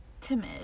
timid